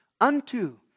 unto